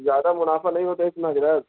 زیادہ منافع نہیں ہوتا ہے اس میں حضرت